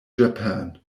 japan